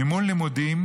מימון לימודים,